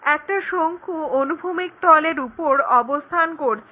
একটা শঙ্কু অনুভূমিক তলের উপর অবস্থান করছে